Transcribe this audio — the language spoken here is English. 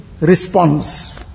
response